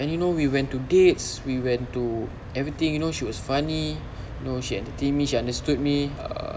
and you know we went to dates we went to everything she was funny know she entertain me she understood me err